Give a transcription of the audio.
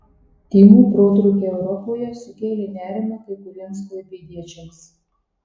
tymų protrūkiai europoje sukėlė nerimą kai kuriems klaipėdiečiams